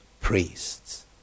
priests